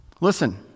listen